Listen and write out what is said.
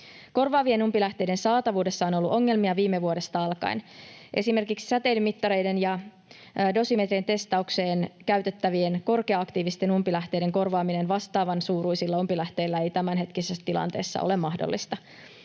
Korvaavien umpilähteiden saatavuudessa on ollut ongelmia viime vuodesta alkaen. Esimerkiksi säteilymittareiden ja dosimetrien testaukseen käytettävien korkea-aktiivisten umpilähteiden korvaaminen vastaavan suuruisilla umpilähteillä ei tämänhetkisessä tilanteessa ole mahdollista.